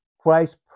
Christ